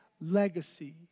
legacy